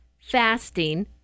fasting